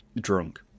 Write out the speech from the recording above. drunk